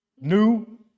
new